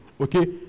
okay